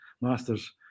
masters